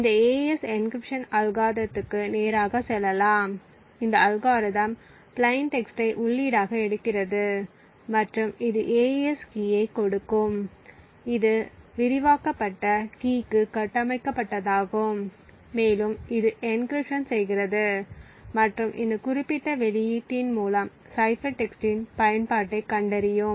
இந்த AES encryption அல்காரிதத்துக்கு நேராக செல்லலாம் இந்த அல்காரிதம் பிளைன் டெக்ஸ்ட்டை உள்ளீடாக எடுக்கிறது மற்றும் இது AES கீயை எடுக்கும் இது விரிவாக்கப்பட்ட கீக்கு கட்டமைக்கப்பட்டதாகும் மேலும் இது என்கிரிப்ஷன் செய்கிறது மற்றும் இந்த குறிப்பிட்ட வெளியீட்டின் மூலம் சைபர் டெக்ஸ்டின்பயன்பாட்டைக் கண்டறியும்